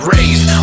Raised